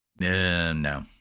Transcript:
No